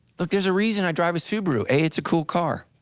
look there's a reason i drive a subaru, a, it's a cool car.